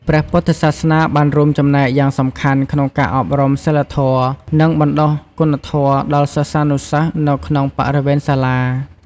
ព្រះពុទ្ធសាសនាបានរួមចំណែកយ៉ាងសំខាន់ក្នុងការអប់រំសីលធម៌ និងបណ្ដុះគុណធម៌ដល់សិស្សានុសិស្សនៅក្នុងបរិវេណសាលា។